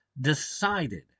decided